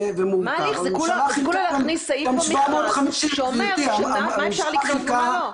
זה כולה להכניס סעיף במכרז שאומר מה אפשר לקנות ומה לא.